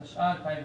התשע"ה-2015.